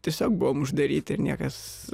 tiesiog buvom uždaryti ir niekas